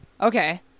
Okay